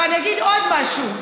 ואני אגיד עוד משהו,